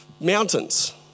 mountains